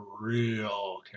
real